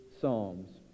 psalms